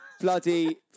Bloody